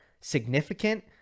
significant